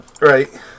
Right